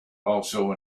also